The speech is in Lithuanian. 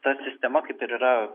ta sistema kaip ir yra